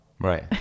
Right